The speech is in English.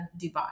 Dubai